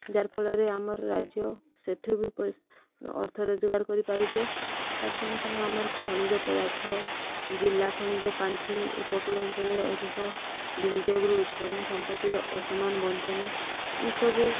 ସେ ଯାହାର୍ ଫଳରେ ଆମର ରାଜ୍ୟ ସେଠୁ ବି ଅର୍ଥ ରୋଜଗାର କରିପାରୁଛେ ତାର୍ ସାଙ୍ଗେ ସାଙ୍ଗେ ଆମର ଖଣିଜ ପଦାର୍ଥ ଜିଲ୍ଲା ଖଣିଜ ପାଣ୍ଠି ଉପକୂଳ ଅଞ୍ଚଳରେ ଅଧିକ ବିନିଯୋଗରୁ ଉତ୍ପନ୍ନ ସମ୍ପତ୍ତିର ଅସମାନ ବଣ୍ଟନ ଇସବୁ